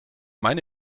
meine